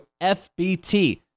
FBT